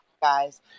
guys